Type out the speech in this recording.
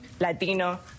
latino